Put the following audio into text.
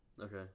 Okay